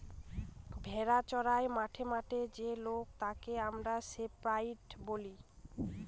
ভেড়া চোরাই মাঠে মাঠে যে লোক তাকে আমরা শেপার্ড বলি